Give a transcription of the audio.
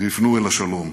ויפנו אל השלום.